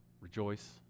rejoice